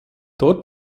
dort